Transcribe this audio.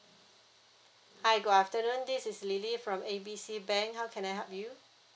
hi good afternoon this is lily from A B C bank how can I help you